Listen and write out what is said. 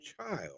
child